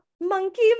monkey